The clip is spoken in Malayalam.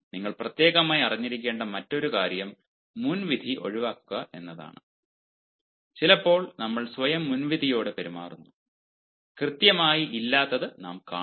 നിങ്ങൾ പ്രത്യേകമായി അറിഞ്ഞിരിക്കേണ്ട മറ്റൊരു കാര്യം മുൻവിധി ഒഴിവാക്കുക എന്നതാണ് ചിലപ്പോൾ നമ്മൾ സ്വയം മുൻവിധിയോടെ പെരുമാറുന്നു കൃത്യമായി ഇല്ലാത്തത് നാം കാണുന്നു